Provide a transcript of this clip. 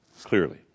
clearly